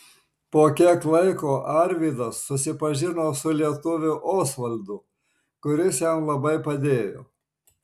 po kiek laiko arvydas susipažino su lietuviu osvaldu kuris jam labai padėjo